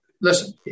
listen